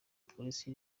polisi